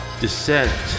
Descent